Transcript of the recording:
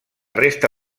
resta